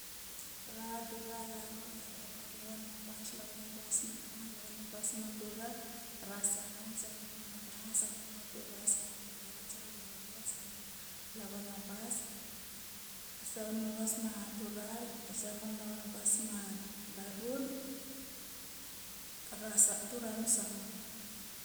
Ra dura larun laravat, lavanabas lavana bas ma ra lava bas na dura ra sangaun sangaun ma larun sangaun ma ra savana bas ma dura savana bas ma larun dura nu sangaun